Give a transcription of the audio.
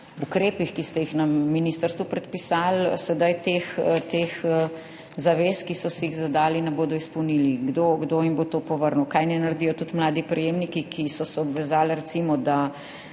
ukrepih, ki ste jih na ministrstvu predpisali, sedaj teh zavez, ki so si jih zadali, ne bodo izpolnili, kdo jim bo to povrnil, kaj naj naredijo tudi mladi prejemniki, ki so se obvezali recimo, da